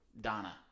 donna